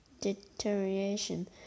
deterioration